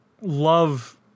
love